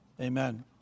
Amen